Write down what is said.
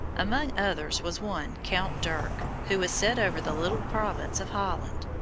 among others was one, count dirk, who was set over the little province of holland.